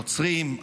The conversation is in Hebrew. נוצרים,